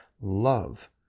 love